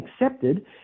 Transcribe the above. accepted